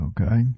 Okay